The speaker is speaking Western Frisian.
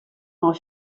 mei